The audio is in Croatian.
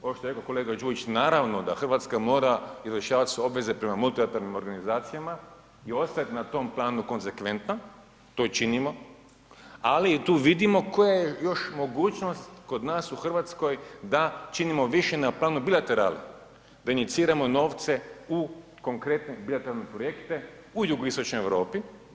Kao što je rekao kolega Đujuć, naravno da Hrvatska mora izvršavati svoje obaveze prema multilateralnim organizacijama i ostajati na tom planu konsekventno, to i činimo, ali tu vidimo koja je još mogućnost kod nas u Hrvatskoj da činimo više na planu bilateralne, da iniciramo novce u konkretne bilateralne projekte u Jugoistočnoj Europi.